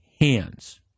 hands